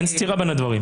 אין סתירה בין הדברים.